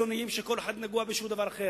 פעם אמר בנימין נתניהו שהוא אזרח מודאג.